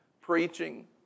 preaching